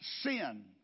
sin